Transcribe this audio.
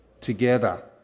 together